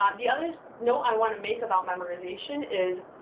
um the other note i want to make about memorization is,